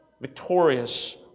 victorious